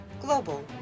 global